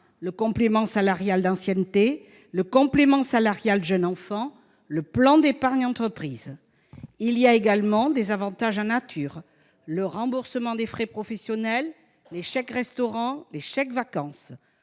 le complément salarial d'ancienneté, le complément salarial « jeune enfant », le plan d'épargne entreprise. En outre, des avantages en nature existent : remboursement des frais professionnels, chèques-restaurant, chèques-vacances.